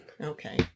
Okay